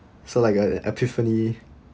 so like uh epiphany